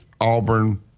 Auburn